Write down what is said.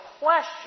question